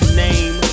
name